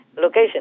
location